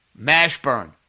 Mashburn